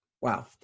Wow